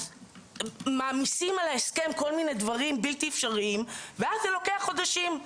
אז מעמיסים על ההסכם כל מיני דברים בלתי אפשריים ואז זה לוקח חודשים.